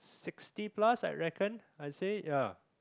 sixty plus I reckon I say ya